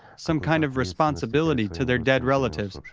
some kind of responsibility to their dead relatives.